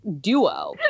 duo